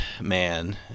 man